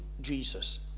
Jesus